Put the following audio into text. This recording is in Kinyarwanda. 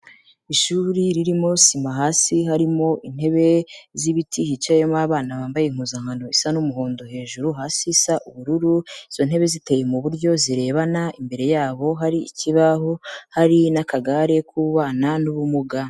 Ishuri ririmo sima hasi, harimo intebe z'ibiti, hicayemo abana bambaye impuzankano isa n'umuhondo hejuru, hasi isa ubururu, izo ntebe ziteye mu buryo zirebana, imbere yabo hari ikibaho, hari n'akagare k'ubana n'ubumuga.